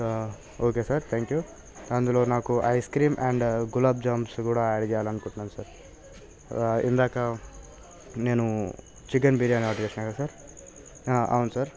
okay sir thank you అందులో నాకు ice cream and gulab jamuns కూడా యాడ్ చేయాలనుకుంటున్నాను సార్ ఇందాక నేను చికెన్ బిర్యానీ ఆర్డర్ చేసా కదా సార్ అవును సార్